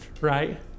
right